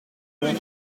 durand